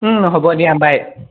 হ'ব দিয়া বাই